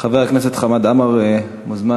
חבר הכנסת חמד עמאר מוזמן,